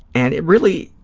and it really,